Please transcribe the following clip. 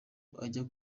kujya